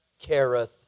careth